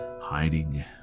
hiding